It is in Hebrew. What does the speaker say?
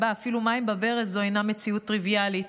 שבה אפילו מים בברז אינם מציאות טריוויאלית,